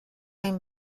این